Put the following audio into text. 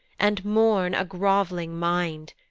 and mourn a grov'ling mind,